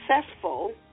successful